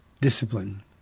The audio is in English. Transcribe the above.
Discipline